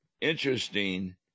interesting